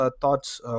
thoughts